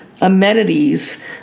Amenities